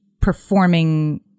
performing